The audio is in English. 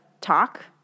talk